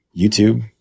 YouTube